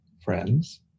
friends